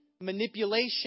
manipulation